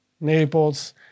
Naples